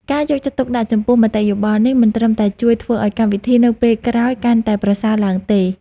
ការយកចិត្តទុកដាក់ចំពោះមតិយោបល់នេះមិនត្រឹមតែជួយធ្វើឲ្យកម្មវិធីនៅពេលក្រោយកាន់តែប្រសើរឡើងទេ